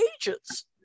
ages